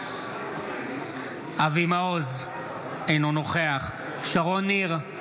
בעד אבי מעוז, אינו נוכח שרון ניר,